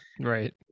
right